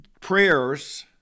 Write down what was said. prayers